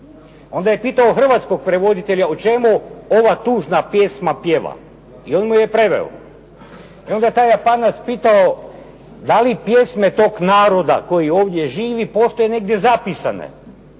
Onda je pitao hrvatskog prevoditelja o čemu ova tužna pjesma pjeva. I on mu je preveo. I onda je taj Japanac pitao, da li pjesme toga naroda koji ovdje živi postoje negdje zapisane.